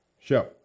show